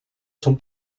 son